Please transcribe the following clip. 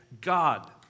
God